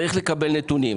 צריך לקבל נתונים.